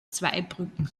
zweibrücken